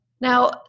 Now